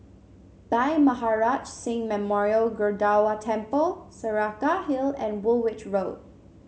Bhai Maharaj Singh Memorial Gurdwara Temple Saraca Hill and Woolwich Road